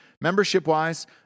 Membership-wise